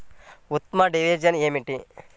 ఉత్తమ డ్రైనేజ్ ఏమిటి?